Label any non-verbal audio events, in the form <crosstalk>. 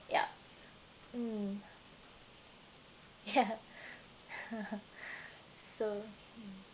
yup um yeah <laughs> so